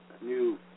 new